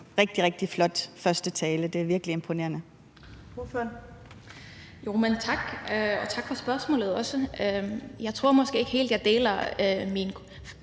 rigtig flot første tale – det er virkelig imponerende.